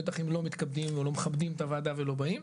בטח הם לא מתכבדים ולא מכבדים את הוועדה ולא באים.